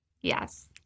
Yes